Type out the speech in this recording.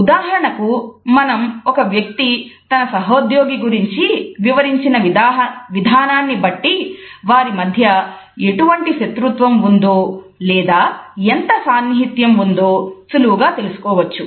ఉదాహరణకు మనం ఒక వ్యక్తి తన సహోద్యోగి గురించి వివరించిన విధానాన్ని బట్టి వారి మధ్య ఎటువంటి శత్రుత్వం ఉందో లేదా ఎంత సాన్నిహిత్యం ఉందో సులువుగా తెలుసుకోవచ్చు